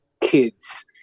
kids